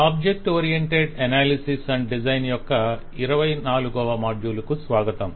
object oriented analysis and design యొక్క 24 వ module కు స్వాగతం